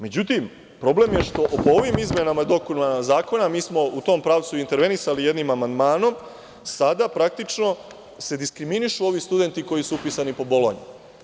Međutim, što po ovim izmenama i dopunama Zakona, mi smo u tom pravcu intervenisali jednim amandmanom, sada se praktično diskriminišu ovi studenti koji su upisani po Bolonji.